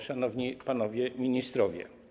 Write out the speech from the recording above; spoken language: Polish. Szanowni Panowie Ministrowie!